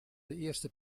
eerste